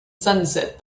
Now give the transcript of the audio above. sunset